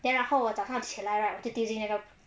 then 然后我早上起来 right 我会丢进那个